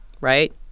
right